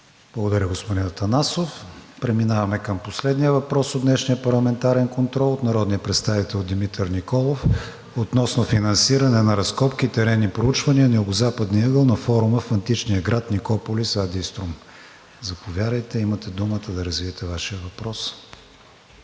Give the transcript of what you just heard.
Благодаря, господин Атанасов. Преминаваме към последния въпрос от днешния парламентарен контрол от народния представител Димитър Николов относно финансиране на разкопките и теренни проучвания на югозападния ъгъл на форума в античния град Никополис ад Иструм. Заповядайте, имате думата да развиете Вашия въпрос.